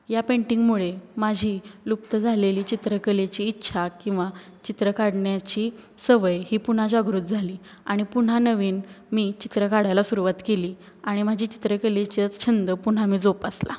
या पेंटिंगमुळे माझी लुप्त झालेली चित्रकलेची इच्छा किंवा चित्र काढण्याची सवय ही पुन्हा जागृत झाली आणि पुन्हा नवीन मी चित्र काढायला सुरुवात केली आणि माझी चित्रकलेचे छंद पुन्हा मी जोपासला